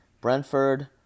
Brentford